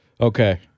Okay